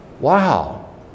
Wow